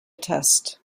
test